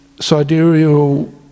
sidereal